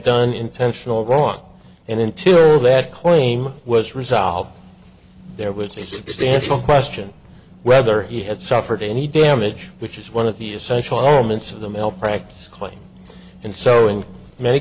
done intentional wrong and interior that claim was resolved there was a substantial question whether he had suffered any damage which is one of the essential elements of the mill practice claim and so in many